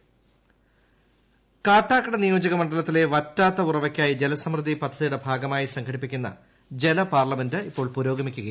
ജലപാർലമെന്റ് കാട്ടാക്കട നിയോജക മണ്ഡലത്തിലെ വറ്റാത്ത ഉറവയ്ക്കായി ജലസമൃദ്ധി പദ്ധതിയുടെ ഭാഗമായി സംഘടിപ്പിക്കുന്ന ജലപാർലമെന്റ് പുരോഗമിക്കുന്നു